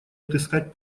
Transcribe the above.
отыскать